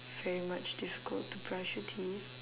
very much difficult to brush your teeth